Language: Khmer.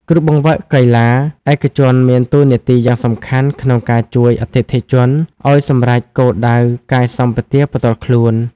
គ្រូបង្វឹកកីឡាឯកជនមានតួនាទីយ៉ាងសំខាន់ក្នុងការជួយអតិថិជនឱ្យសម្រេចគោលដៅកាយសម្បទាផ្ទាល់ខ្លួន។